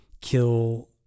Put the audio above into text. kill